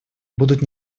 будут